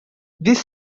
this